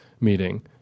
meeting